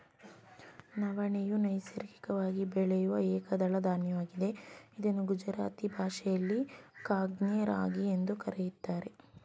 ನವಣೆಯು ನೈಸರ್ಗಿಕವಾಗಿ ಬೆಳೆಯೂ ಏಕದಳ ಧಾನ್ಯವಾಗಿದೆ ಇದನ್ನು ಗುಜರಾತಿ ಭಾಷೆಯಲ್ಲಿ ಕಾಂಗ್ನಿ ರಾಗಿ ಎಂದು ಕರಿತಾರೆ